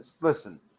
Listen